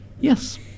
Yes